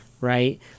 Right